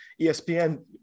ESPN